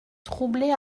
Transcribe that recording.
troublée